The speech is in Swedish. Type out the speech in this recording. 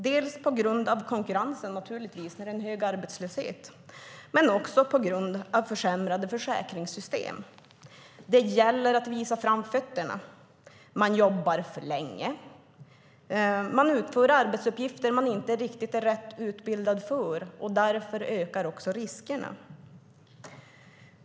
Det är på grund av konkurrensen, naturligtvis - det är hög arbetslöshet - men också på grund av försämrade försäkringssystem. Det gäller att visa framfötterna. Man jobbar för länge och utför arbetsuppgifter man inte riktigt är rätt utbildad för, och därför ökar också riskerna.